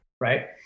right